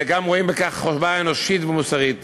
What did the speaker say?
וגם רואים בכך חובה אנושית ומוסרית